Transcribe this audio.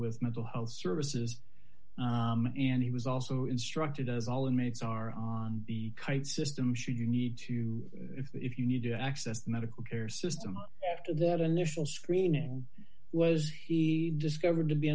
with mental health services and he was also instructed as all inmates are on the system should you need to if you need to access the medical care system after that initial screening was he discovered t